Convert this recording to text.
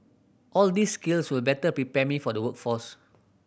all these skills will better prepare me for the workforce